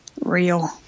real